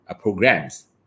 programs